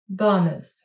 bonus